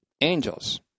angels